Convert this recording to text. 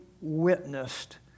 witnessed